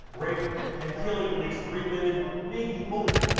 raping and killing at least three women, maybe more.